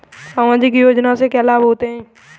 सामाजिक योजना से क्या क्या लाभ होते हैं?